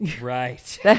Right